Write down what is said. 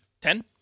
Ten